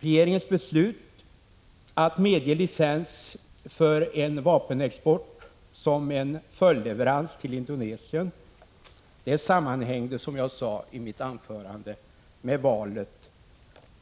Regeringens beslut att medge licens för vapenexport som 7 en följdleverans till Indonesien sammanhängde, som jag sade i mitt tidigare anförande, med valet